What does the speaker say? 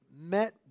met